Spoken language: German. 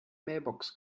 mailbox